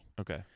Okay